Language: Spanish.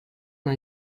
una